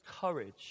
courage